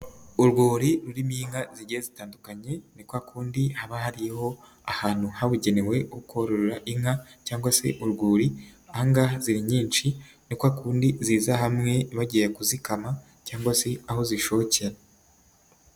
Urwuri rurimo inka zigiye zitandukanye, ni kwa kundi haba hariho ahantu habugenewe ukorora inka cyangwa se urwuri, aha anga ziri nyinshi, ni kwa kundi ziza hamwe bagiye kuzikama cyangwa se aho zishokera.